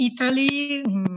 Italy